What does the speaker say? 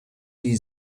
die